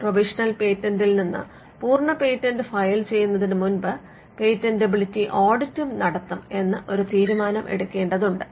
provisional പേറ്റന്റിൽ നിന്ന് പൂർണ്ണ പേറ്റന്റ് ഫയൽ ചെയ്യുന്നതിന് മുൻപ് പേറ്റന്റെബിലിറ്റി ഓഡിറ്റും നടത്തും എന്നും ഒരു തീരുമാനം എടുക്കേണ്ടതുണ്ട്